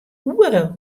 oere